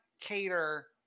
cater